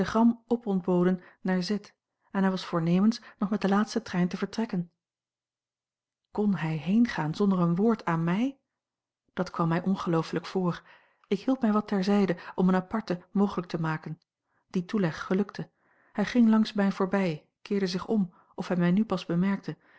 opontboden naar z en hij was voornemens nog met den laatsten trein te vertrekken kon hij heengaan zonder een woord aan mij dat kwam mij ongeloofelijk voor ik hield mij wat ter zijde om een aparte mogelijk te maken die toeleg gelukte hij ging langs mij voorbij keerde zich om of hij mij nu pas bemerkte